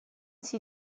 sie